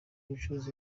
gucuruza